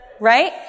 Right